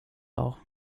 var